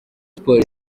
sports